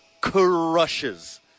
crushes